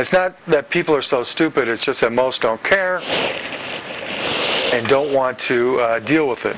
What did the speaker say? it's not that people are so stupid it's just that most don't care and don't want to deal with it